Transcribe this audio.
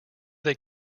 they